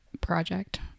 project